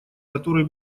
который